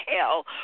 hell